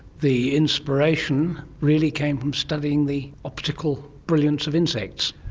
the inspiration really came from studying the optical brilliance of insects.